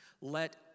let